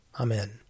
Amen